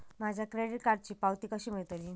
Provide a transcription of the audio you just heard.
माझ्या क्रेडीट कार्डची पावती कशी मिळतली?